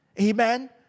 Amen